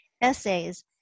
Essays